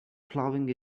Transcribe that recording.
plowing